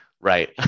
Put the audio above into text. right